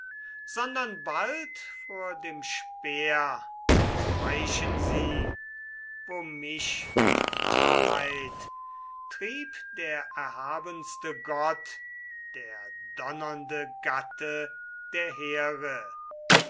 sondern bald vor dem speer entweichen sie wo mich in wahrheit trieb der erhabenste gott der donnernde gatte der here